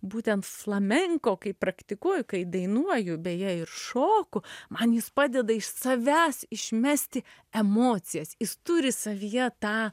būtent flamenko kai praktikuoju kai dainuoju beje ir šoku man jis padeda iš savęs išmesti emocijas jis turi savyje tą